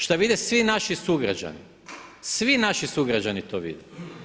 Šta vide svi naši sugrađani, svi naši sugrađani to vide.